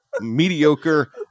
mediocre